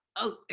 oh,